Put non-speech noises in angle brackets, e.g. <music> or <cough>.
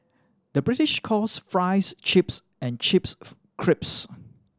the British calls fries chips and chips <unintelligible> crisps